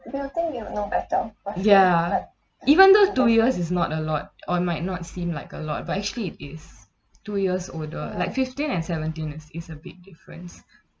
ya even though two years is not a lot or might not seem like a lot but actually it is two years older like fifteen and seventeen is is a big difference